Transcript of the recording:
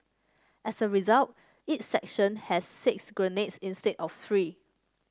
as a result each section had six grenades instead of three